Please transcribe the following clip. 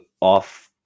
off